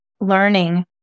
learning